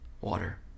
Water